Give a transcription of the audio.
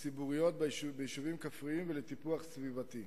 ציבוריות ביישובים כפריים ולטיפוח סביבתי,